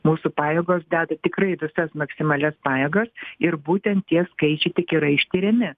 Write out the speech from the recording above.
mūsų pajėgos deda tikrai visas maksimalias pajėgas ir būtent tie skaičiai tik yra ištiriami